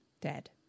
dead